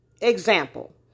example